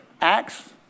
Acts